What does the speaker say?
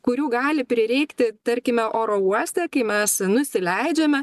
kurių gali prireikti tarkime oro uoste kai mes nusileidžiame